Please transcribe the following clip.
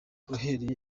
uhereye